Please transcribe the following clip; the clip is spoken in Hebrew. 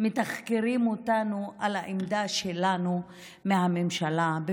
מתחקרים אותנו על העמדה שלנו כלפי הממשלה,